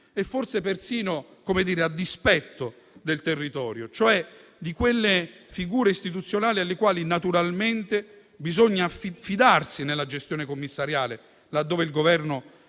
e forse persino a dispetto del territorio, cioè di quelle figure istituzionali alle quali naturalmente bisogna affidarsi nella gestione commissariale laddove il Governo